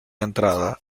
entrada